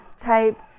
type